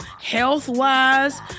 health-wise